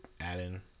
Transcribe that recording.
add-in